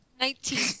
Nineteen